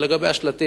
ולגבי השלטים,